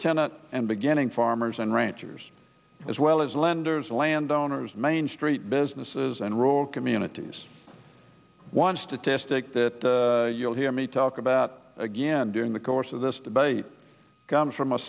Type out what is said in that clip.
tenant and beginning farmers and ranchers as well as lenders landowners main street businesses and rural communities one statistic that you'll hear me talk about again during the course of this debate comes from a